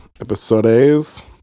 episodes